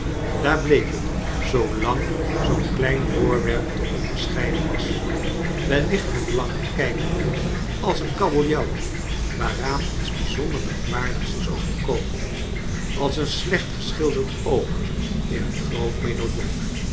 daar bleef het zoolang zoom klein voorwerp te onderscheiden was wellicht nog langer kijkende als een kabeljanw waaraan iets bijzonder merkwaardigs is overkomen als een slecht geschilderd oog in een gxoot medaillon